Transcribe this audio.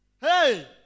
Hey